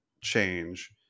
change